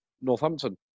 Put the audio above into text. Northampton